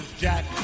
Jack